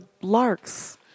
larks